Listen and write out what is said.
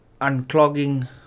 unclogging